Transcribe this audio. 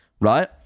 Right